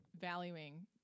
valuing